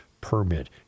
permit